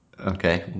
okay